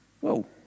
Whoa